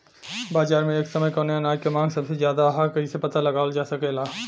बाजार में एक समय कवने अनाज क मांग सबसे ज्यादा ह कइसे पता लगावल जा सकेला?